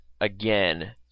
Again